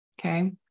Okay